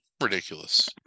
Ridiculous